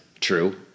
true